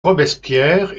robespierre